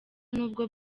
nubwo